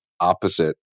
opposite